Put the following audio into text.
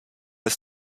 ist